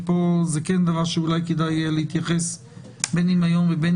ופה זה כן דבר שאולי כדאי להתייחס בין אם היום ובין